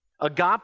Agape